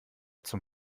zum